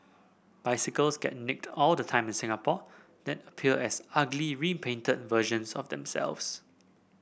bicycles get nicked all the time in Singapore then appear as ugly repainted versions of themselves